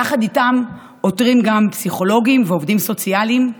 יחד איתם עותרים גם פסיכולוגים ועובדים סוציאליים,